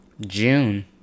June